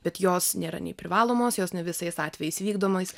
bet jos nėra nei privalomos jos ne visais atvejais vykdomos